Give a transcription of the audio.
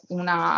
una